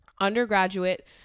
Undergraduate